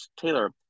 Taylor